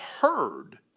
heard